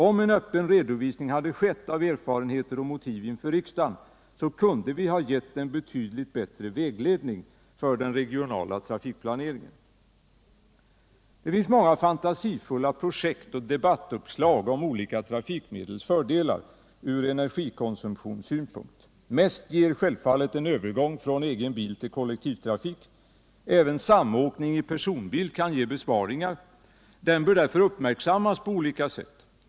Om en öppen redovisning hade skett av erfarenheter och motiv inför riksdagen kunde vi ha gett en betydligt bättre vägledning för den regionala trafikplaneringen. Det finns många fantasifulla projekt och debattuppslag om olika trafik medels fördelar ur energikonsumtionssynpunkt. Mest ger självfallet en övergång från egen bil till kollektivtrafik. Även samåkning i personbil kan ge besparingar. Den bör därför uppmärksammas på olika sätt.